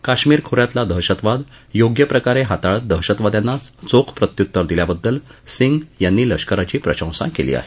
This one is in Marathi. काश्मिर खो यातला दहशतवाद योग्य प्रकारे हाताळत दहशतवाद्यांना चोख प्रत्युत्तर दिल्याबद्दल सिंग यांनी लष्कराची प्रशंसा केली आहे